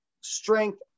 strength